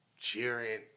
cheering